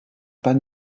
pas